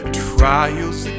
trials